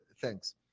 thanks